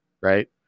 right